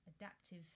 adaptive